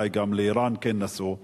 שאולי לאירן כן נסעו,